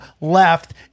left